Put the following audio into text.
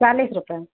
चालीस रुपये